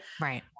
Right